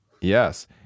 Yes